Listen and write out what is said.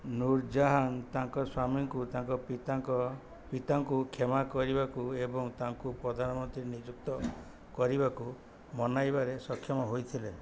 ନୁରଜାହାନ ତାଙ୍କ ସ୍ୱାମୀଙ୍କୁ ତାଙ୍କ ପିତାଙ୍କ ପିତାଙ୍କୁ କ୍ଷମା କରିବାକୁ ଏବଂ ତାଙ୍କୁ ପ୍ରଧାନମନ୍ତ୍ରୀ ନିଯୁକ୍ତ କରିବାକୁ ମନାଇବାରେ ସକ୍ଷମ ହୋଇଥିଲେ